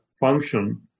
function